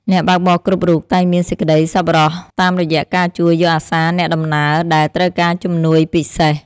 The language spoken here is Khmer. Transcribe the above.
អ្នកបើកបរគ្រប់រូបតែងមានសេចក្ដីសប្បុរសតាមរយៈការជួយយកអាសាអ្នកដំណើរដែលត្រូវការជំនួយពិសេស។